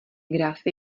grafy